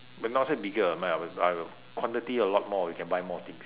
but not say bigger quantity a lot more we can buy more things